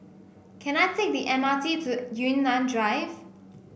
can I take the M R T to Yunnan Drive